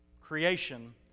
creation